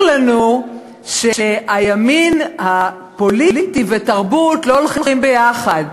לנו שהימין הפוליטי ותרבות לא הולכים ביחד.